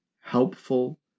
helpful